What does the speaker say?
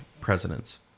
presidents